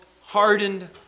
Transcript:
hardened